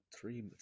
Three